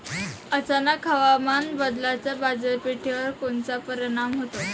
अचानक हवामान बदलाचा बाजारपेठेवर कोनचा परिणाम होतो?